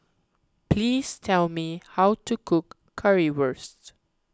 please tell me how to cook Currywurst